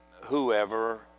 whoever